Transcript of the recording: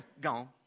gone